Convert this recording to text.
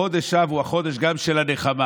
חודש אב הוא גם החודש של הנחמה.